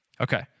Okay